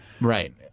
Right